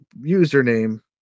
username